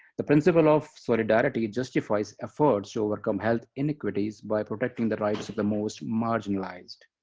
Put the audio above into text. the principle of solidarity justifies efforts to overcome health inequities by protecting the rights of the most marginalized.